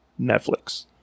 Netflix